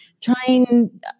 trying